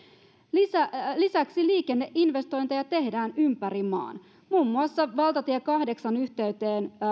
lisäksi lisäksi liikenneinvestointeja tehdään ympäri maan muun muassa valtatie kahdeksan yhteyteen